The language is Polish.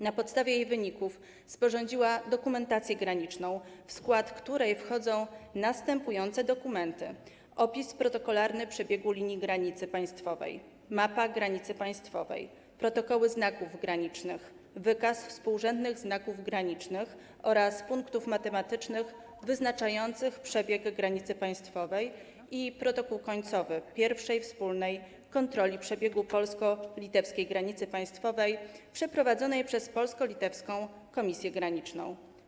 Na podstawie jej wyników sporządziła dokumentację graniczną, w skład której wchodzą następujące dokumenty: opis protokolarny przebiegu linii granicy państwowej, mapa granicy państwowej, protokoły znaków granicznych, wykaz współrzędnych znaków granicznych oraz punktów matematycznych wyznaczających przebieg granicy państwowej i protokół końcowy pierwszej wspólnej kontroli przebiegu polsko-litewskiej granicy państwowej, przeprowadzonej przez Polsko-Litewską Komisję Graniczną.